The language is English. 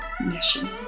mission